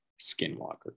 skinwalker